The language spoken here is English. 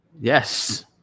Yes